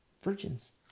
virgins